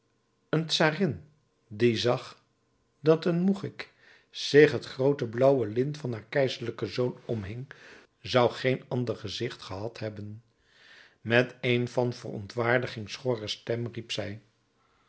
een czarin die zag dat een mougick zich het groote blauwe lint van haar keizerlijken zoon omhing zou geen ander gezicht gehad hebben met een van verontwaardiging schorre stem riep zij